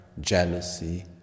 jealousy